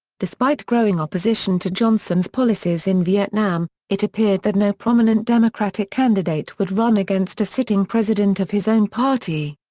despite growing opposition to johnson's policies in vietnam, it appeared that no prominent democratic candidate would run against a sitting president of his own party.